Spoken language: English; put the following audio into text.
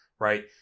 Right